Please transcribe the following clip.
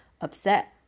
upset